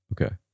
Okay